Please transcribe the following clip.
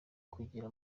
kugira